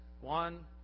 One